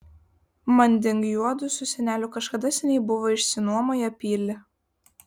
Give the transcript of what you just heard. manding juodu su seneliu kažkada seniai buvo išsinuomoję pilį